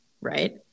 right